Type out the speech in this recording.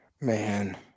man